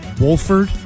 Wolford